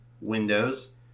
Windows